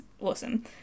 awesome